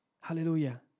Hallelujah